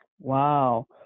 Wow